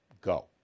Go